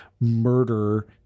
murder